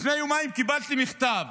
לפני יומיים קיבלתי מכתב